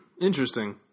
Interesting